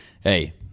hey